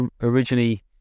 originally